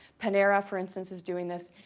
panera, for instance, is doing this.